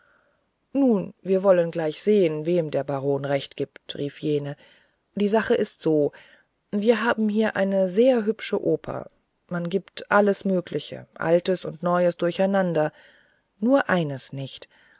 nun wir wollen gleich sehen wem der baron recht gibt rief jene die sache ist so wir haben hier eine sehr hübsche oper man gibt alles mögliche altes und neues durcheinander nur eines nicht